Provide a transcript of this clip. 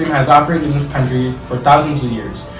has operated in this country for thousands of year,